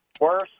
worse